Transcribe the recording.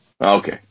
Okay